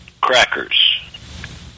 crackers